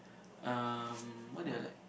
um what did I like